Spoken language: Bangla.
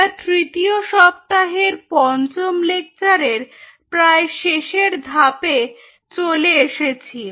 আমরা তৃতীয় সপ্তাহের পঞ্চম লেকচারের প্রায় শেষের ধাপে চলে এসেছি